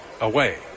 away